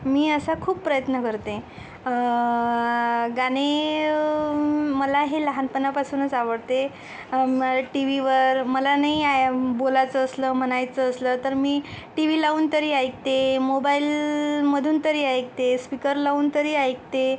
मी असा खूप प्रयत्न करते गाणे मला हे लहानपणापासूनच आवडते टी वीवर मला नाही आया बोलायचं असलं म्हणायचं असलं तर मी टी वी लावून तरी ऐकते मोबाइलमधून तरी ऐकते स्पीकर लावून तरी ऐकते